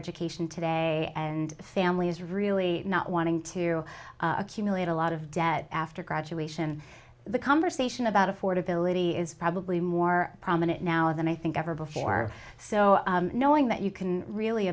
education today and families really not wanting to accumulate a lot of debt after graduation the conversation about affordability is probably more prominent now than i think ever before so knowing that you can really